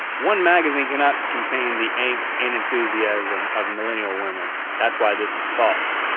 one magazine cannot contain the angst and enthusiasm of millenial women. that's why this is false.